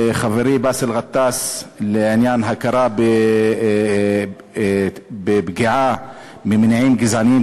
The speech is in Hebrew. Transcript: של חברי באסל גטאס לעניין הכרה בפגיעה ממניעים גזעניים